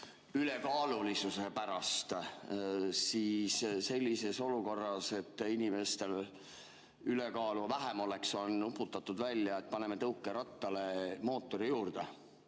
ülekaalulisuse pärast ja selleks, et inimestel ülekaalu vähem oleks, on nuputatud välja, et paneme tõukerattale mootori juurde,